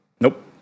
Nope